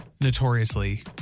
Notoriously